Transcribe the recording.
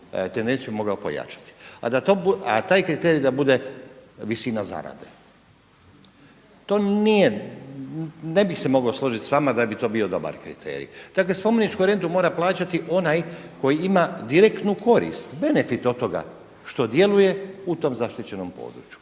tendenciju mogao pojačati, a taj kriterij da bude visina zarade. To nije, ne bih se mogao složiti sa vama da bi to bio dobar kriterij. Dakle, spomeničku rentu mora plaćati onaj koji ima direktnu korist, benefit od toga što djeluje u tom zaštićenom području.